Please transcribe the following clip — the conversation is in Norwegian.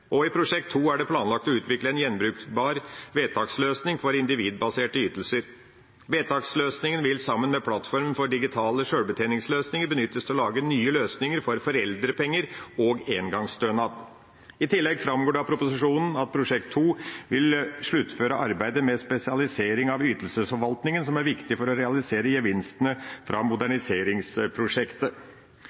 ytelsessystemer. I Prosjekt 2 er det planlagt å utvikle en gjenbrukbar vedtaksløsning for individbaserte ytelser. Vedtaksløsningen vil sammen med plattformen for digitale sjølbetjeningsløsninger benyttes til å lage nøye løsninger for foreldrepenger og engangsstønad. I tillegg framgår det av proposisjonen at Prosjekt 2 vil sluttføre arbeidet med spesialisering av ytelsesforvaltningen, som er viktig for å realisere gevinstene fra moderniseringsprosjektet.